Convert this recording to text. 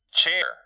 Chair